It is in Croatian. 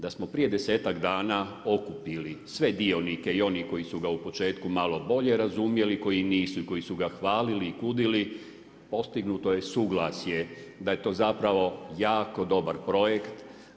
Da smo prije desetak dana okupili sve dionike i oni koji su ga u početku malo bolje razumjeli, koji nisu i koji su ga hvalili i kudili, postignuto je suglasje da je to zapravo jako dobar projekt.